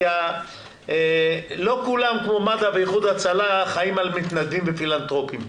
כי לא כולם כמו מד"א ואיחוד הצלה חיים על מתנדבים ופילנתרופים.